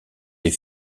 les